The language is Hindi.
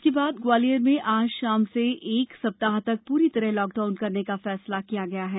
इसके बाद ग्वालियर में आज शाम से एक सप्ताह तक पूरी तरह लॉकडाउन करने का फैसला लिया गया है